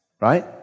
right